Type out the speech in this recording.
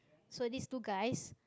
so these two guys